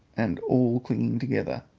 and all clinging together.